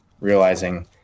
realizing